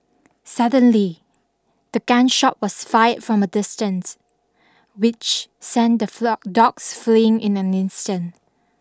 suddenly the gun shot was fired from a distance which sent the dogs fleeing in an instant